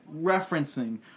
referencing